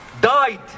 died